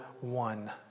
one